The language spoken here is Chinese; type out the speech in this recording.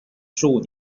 十五